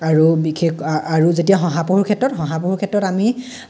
আৰু বিশেষ আৰু যেতিয়া শহাপহুৰ ক্ষেত্ৰত শহাপহুৰ ক্ষেত্ৰত আমি